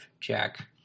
jack